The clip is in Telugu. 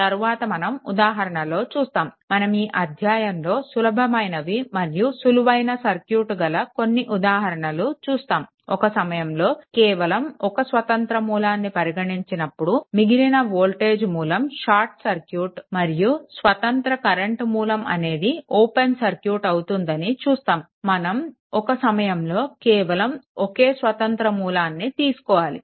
తరువాత మనం ఉదాహరణలో చూస్తాము మనం ఈ అధ్యాయంలో సులభమైనవి మరియు సులువైన సర్క్యూట్ గల కొన్ని ఉదాహరణలు చూస్తాము ఒక సమయంలో కేవలం ఒక స్వతంత్ర మూలాన్ని పరిగణించినప్పుడు మిగిలిన వోల్టేజ్ మూలం షార్ట్ సర్క్యూట్ మరియు స్వతంత్ర కరెంట్ మూలం అనేది ఓపెన్ సర్క్యూట్ అవుతుంది అని చూస్తాము మనం ఒక సమయంలో కేవలం ఒకే స్వతంత్ర మూలాన్ని తీసుకోవాలి